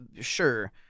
sure